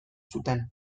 zuten